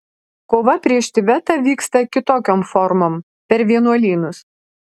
kova prieš tibetą vyksta kitokiom formom per vienuolynus